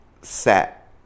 set